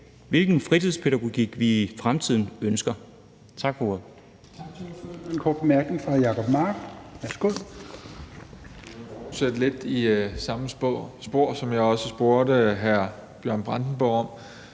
hvilken fritidspædagogik vi i fremtiden ønsker.